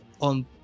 on